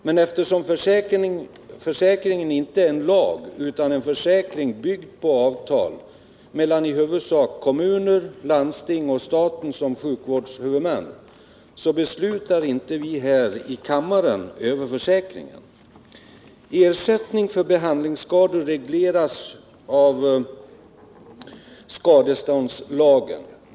Men eftersom försäkringen inte är en lag utan en försäkring byggd på avtal mellan i huvudsak kommuner, landsting och stat såsom sjukvårdshuvudmän, beslutar inte vi här i kammaren över försäkringen. Ersättning för behandlingsskador regleras genom skadeståndslagen.